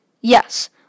Yes